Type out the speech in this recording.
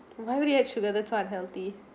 why would you add sugar that's so unhealthy